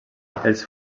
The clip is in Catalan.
els